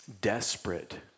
desperate